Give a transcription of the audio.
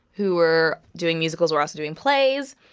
who were doing musicals, were also doing plays.